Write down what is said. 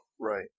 Right